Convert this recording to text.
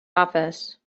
office